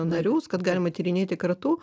narius kad galima tyrinėti kartu